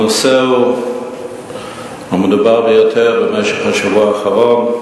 הנושא הוא המדובר ביותר במשך השבוע האחרון: